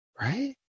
right